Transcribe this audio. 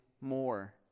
more